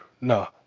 No